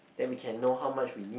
then we can know how much we need